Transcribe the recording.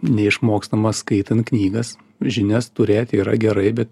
neišmokstama skaitant knygas žinias turėt yra gerai bet